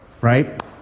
right